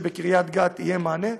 שבקריית גת יהיה מענה.